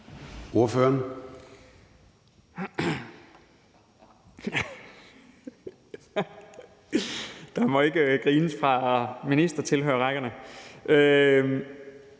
(DF): Der må ikke grines fra ministertilhørerrækkerne.